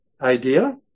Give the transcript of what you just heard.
idea